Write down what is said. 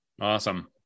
Awesome